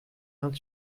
vingt